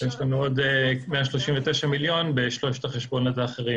יש לנו עוד 139 מיליון בשלושת החשבונות האחרים